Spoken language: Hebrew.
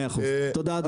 100 אחוז, תודה אדוני.